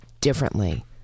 differently